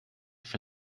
for